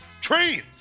Trains